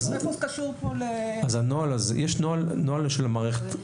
יש נוהל של המערכת.